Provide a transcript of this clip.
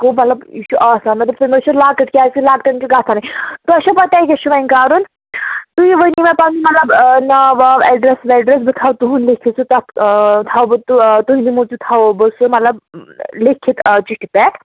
گوٚو مطلب یہِ چھُ آسان مےٚ دوٚپ تُہۍ ما چھُو لۅکٕٹ کیٛازِکہِ لۅکٹٮ۪ن چھُو گژھان تۄہہِ چھَو پےَ تۄہہِ کیٛاہ چھُو وۅنۍ کَرُن تُہۍ ؤنِو مےٚ پَنُن مطلب ناو واو اٮ۪ڈرَس وٮ۪ڈرَس بہٕ تھاو تُہُنٛد لیٚکھِتھ سُہ تَتھ تھاو بہٕ تُہٕنٛدِ موٗجوٗب تھاوَو بہٕ سُہ مطلب لیٚکھِتھ آ چِٹھِ پٮ۪ٹھ